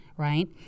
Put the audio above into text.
right